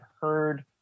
heard